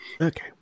Okay